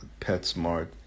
PetSmart